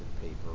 paper